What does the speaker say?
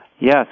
Yes